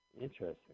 Interesting